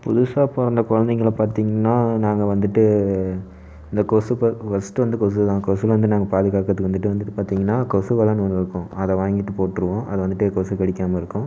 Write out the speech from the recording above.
புதுசாக பிறந்த குழந்தைங்களை பார்த்திங்கனா நாங்கள் வந்துட்டு இந்த கொசு ப ஃபர்ஸ்ட்டு வந்து கொசு தான் கொசுலிருந்து நாங்கள் பாதுகாக்கறத்துக்கு வந்துட்டு பார்த்திங்கனா கொசு வலைனு ஒன்று இருக்கும் அதை வாங்கிட்டு போட்டிருவோம் அதை வந்துட்டு கொசு கடிக்காமல் இருக்கும்